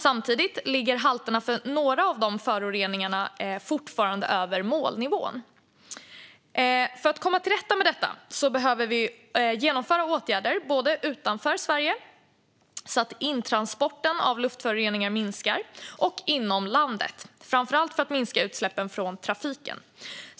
Samtidigt ligger halterna för några av föroreningarna fortfarande över målnivån. För att komma till rätta med detta behöver vi genomföra åtgärder både utanför Sverige så att intransporten av luftföroreningar minskar, och inom landet, framför allt för att minska utsläppen från trafiken.